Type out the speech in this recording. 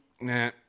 nah